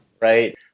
right